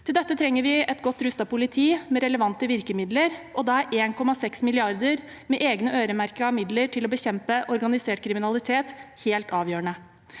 Til dette trenger vi et godt rustet politi med relevante virkemidler. Da er 1,6 mrd. kr med egne, øremerkede midler til å bekjempe organisert kriminalitet helt avgjørende.